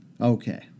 Okay